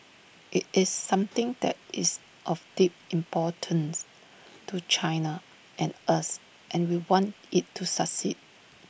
IT is something that is of deep importance to China and us and we want IT to succeed